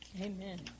amen